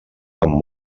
amb